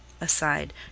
Aside